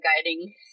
guiding